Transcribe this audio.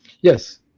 Yes